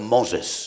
Moses